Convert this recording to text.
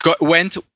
went